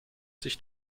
sich